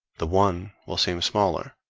the one will seem smaller,